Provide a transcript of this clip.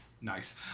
nice